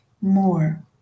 more